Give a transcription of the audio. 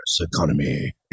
economy